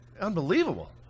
unbelievable